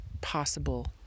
possible